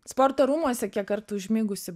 sporto rūmuose kiek kartų užmigusi